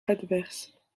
adverses